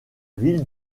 ville